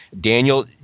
Daniel